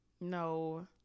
no